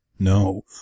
No